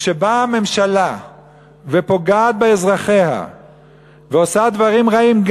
כשבאה ממשלה ופוגעת באזרחיה ועושה דברים רעים,